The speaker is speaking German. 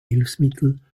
hilfsmittel